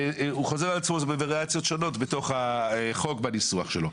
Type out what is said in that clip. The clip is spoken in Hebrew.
חוזרות על עצמן בווריאציות שונות בניסוח החוק.